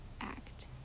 act